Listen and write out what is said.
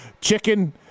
Chicken